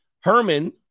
Herman